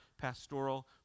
pastoral